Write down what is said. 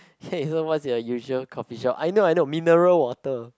okay so what's your usual coffee shop I know I know mineral water